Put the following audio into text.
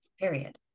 Period